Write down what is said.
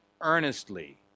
earnestly